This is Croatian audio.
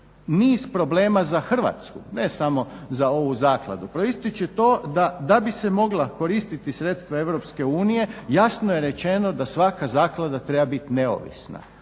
niz problema za Hrvatsku ne samo za ovu zakladu. Proisteći će to da bi se mogla koristiti sredstva EU, jasno je rečeno da svaka zaklada treba biti neovisna,